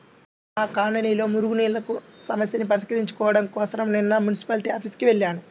మా కాలనీలో మురుగునీళ్ళ సమస్యని పరిష్కరించుకోడం కోసరం నిన్న మున్సిపాల్టీ ఆఫీసుకి వెళ్లాను